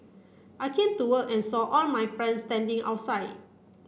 I came to work and saw all my friends standing outside